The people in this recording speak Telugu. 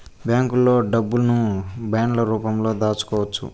బ్యాంకులో డబ్బును బాండ్ల రూపంలో దాచుకోవచ్చు